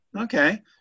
Okay